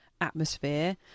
atmosphere